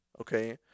Okay